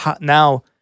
now